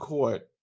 Court